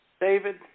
David